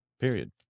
Period